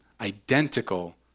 identical